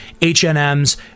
HNMs